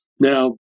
Now